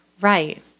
right